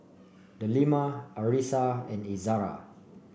Delima Arissa and Izzara